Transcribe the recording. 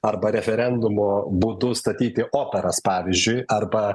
arba referendumo būdu statyti operas pavyzdžiui arba